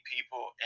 people